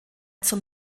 zum